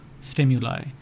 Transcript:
stimuli